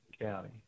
County